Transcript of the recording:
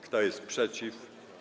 Kto jest przeciw?